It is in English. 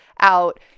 out